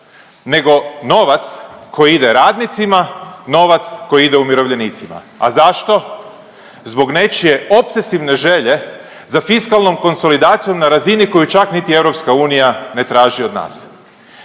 nego novac koji ide radnicima, novac koji ide umirovljenicima. A zašto? Zbog nečije opsesivne želje za fiskalnom konsolidacijom na razini koju čak niti EU ne traži od nas.